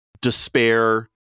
despair